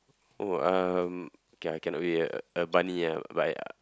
oh um okay I cannot a a bunny ah but ya